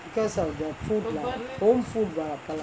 because of the food lah own food [what] அப்போ லாம்:appo laam